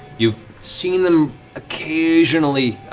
you've seen them occasionally,